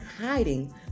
hiding